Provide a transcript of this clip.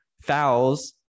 fouls